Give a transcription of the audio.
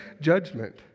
judgment